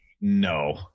No